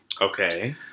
Okay